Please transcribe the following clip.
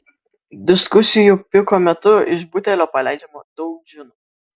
diskusijų piko metu iš butelio paleidžiama daug džinų